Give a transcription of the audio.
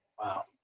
Wow